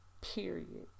period